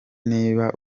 niba